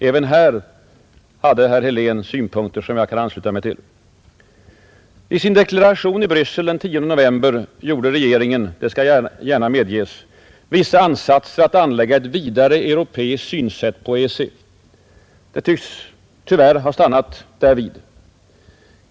Även här hade herr Helén synpunkter som jag kan ansluta mig till. I sin deklaration i Bryssel den 10 november gjorde regeringen — det skall gärna medges — vissa ansatser att anlägga ett vidare europeiskt synsätt på EEC. Det tycks tyvärr ha stannat därvid.